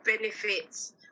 benefits